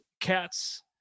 cats